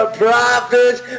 prophets